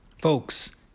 folks